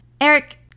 Eric